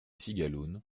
cigaloun